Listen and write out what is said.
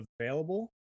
available